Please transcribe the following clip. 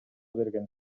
берген